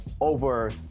over